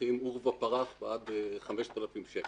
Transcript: שמבטיחים עורבא פרח ועד 5,000 שקלים.